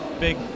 big